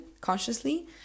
consciously